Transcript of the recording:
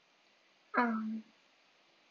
um